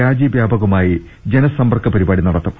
രാജ്യവ്യാപകമായി ജനസമ്പർക്കപരിപാടി നടത്തും